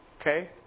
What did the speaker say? Okay